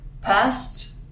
Past